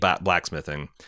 blacksmithing